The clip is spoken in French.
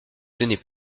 tenais